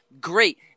great